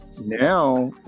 Now